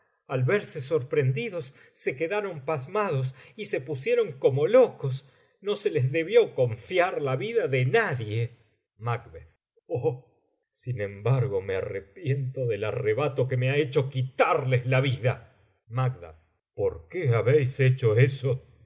al verse sorprendidos se quedaron pasmados y se pusieron como locos no se les debió confiar la vida de nadie macb oh sin embargo me arrepiento del arrebato que me ha hecho quitarles la vida macd por qué habéis hecho eso